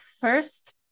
first